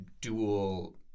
dual